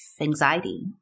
anxiety